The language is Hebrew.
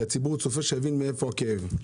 כי הציבור צופה שתבינו מאיפה הכאב .